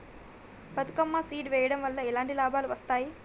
Bathukamma seed వెయ్యడం వల్ల ఎలాంటి లాభాలు వస్తాయి?